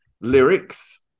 lyrics